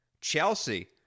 Chelsea